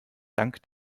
dank